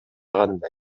кандай